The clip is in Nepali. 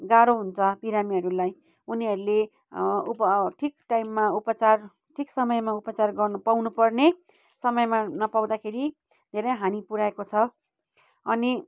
गाह्रो हुन्छ बिरामीहरूलाई उनीहरूले उप ठिक टाइममा उपचार ठिक समयमा उपचार गर्नु पाउनुपर्ने समयमा नपाउँदाखेरि धेरै हानि पुर्याएको छ अनि